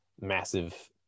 massive